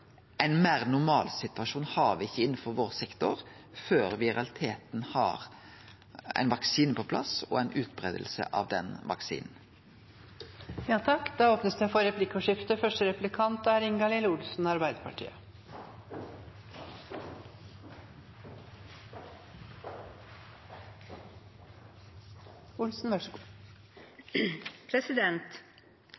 ein meir normal situasjon har me ikkje innanfor vår sektor før me i realiteten har ein vaksine på plass og ei utbreiing av den vaksinen. Det